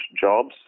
jobs